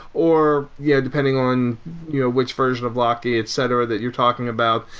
or yeah depending on you know which version of locky, et cetera, that you're talking about.